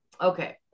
okay